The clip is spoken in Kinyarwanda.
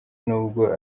n’ubwo